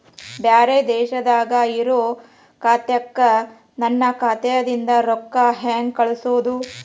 ಬ್ಯಾರೆ ದೇಶದಾಗ ಇರೋ ಖಾತಾಕ್ಕ ನನ್ನ ಖಾತಾದಿಂದ ರೊಕ್ಕ ಹೆಂಗ್ ಕಳಸೋದು?